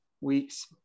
weeks